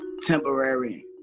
temporary